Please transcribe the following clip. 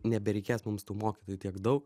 nebereikės mums tų mokytojų tiek daug